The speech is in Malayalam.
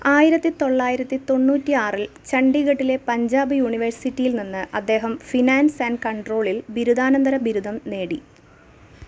ആയിരത്തി തൊള്ളായിരത്തി തൊണ്ണൂറ്റി ആറിൽ ചണ്ഡീഗഢിലെ പഞ്ചാബ് യൂണിവേഴ്സിറ്റിയിൽ നിന്ന് അദ്ദേഹം ഫിനാൻസ് ആൻഡ് കൺട്രോളിൽ ബിരുദാനന്തര ബിരുദം നേടി